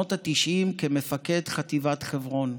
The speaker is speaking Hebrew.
בשנות התשעים כמפקד חטיבת חברון.